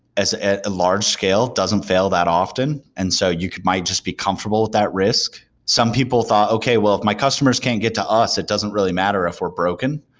as a large scale, doesn't fail that often, and so you might just be comfortable with that risk. some people thought, okay. well, if my customers can get to us, it doesn't really matter if we're broken.